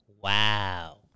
Wow